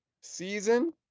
season